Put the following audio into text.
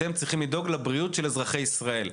אתם צריכים לדאוג לבריאות של אזרחי ישראל.